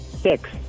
Six